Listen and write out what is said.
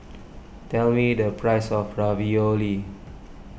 tell me the price of Ravioli